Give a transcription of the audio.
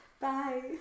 Bye